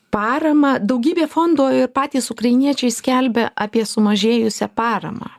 parama daugybė fondų ir patys ukrainiečiai skelbia apie sumažėjusią paramą